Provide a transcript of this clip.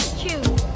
choose